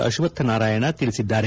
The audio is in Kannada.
ಅಶ್ವತ್ ನಾರಾಯಣ ತಿಳಿಸಿದ್ದಾರೆ